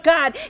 God